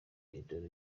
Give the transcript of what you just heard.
indoro